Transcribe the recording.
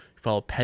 Follow